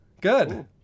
Good